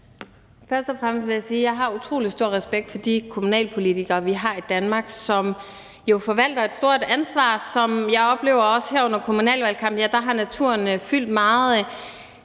Først og fremmest vil jeg sige, at jeg har utrolig stor respekt for de kommunalpolitikere, vi har i Danmark, som jo forvalter et stort ansvar, og jeg oplever også, at naturen har fyldt meget